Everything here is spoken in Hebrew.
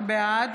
בעד